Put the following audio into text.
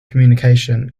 communication